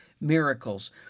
miracles